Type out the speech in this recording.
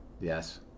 Yes